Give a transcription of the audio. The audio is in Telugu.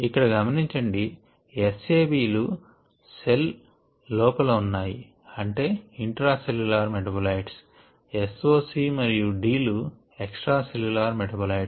ఇక్కడ గమనించండి S A B లు సెల్ లోపాలు ఉన్నాయి అంటే intracellular metabolites So C మరియు D లు ఎక్స్ట్రా సెల్ల్యులర్ మెటాబోలైట్స్